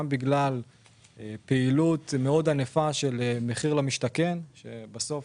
אם בגלל פעילות מאוד ענפה של מחיר למשתכן שבסוף